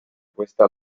questa